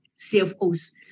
CFOs